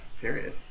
Period